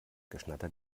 geschnatter